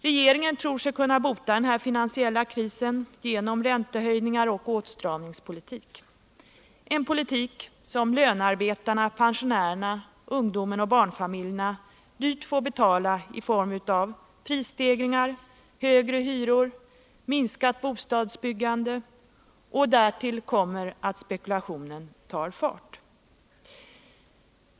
Regeringen tror sig kunna bota denna finansiella kris genom räntehöjningar och åtstramningspolitik, en politik som lönearbetarna, pensionärerna, ungdomen och barnfamiljerna dyrt får betala i form av prisstegringar, högre hyror och minskat bostadsbyggande. Därtill kommer att spekulationen tar fart.